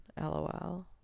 lol